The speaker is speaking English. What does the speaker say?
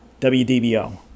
WDBO